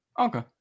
Okay